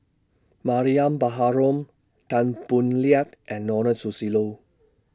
Mariam Baharom Tan Boo Liat and Ronald Susilo